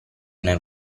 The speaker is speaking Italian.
nel